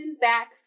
back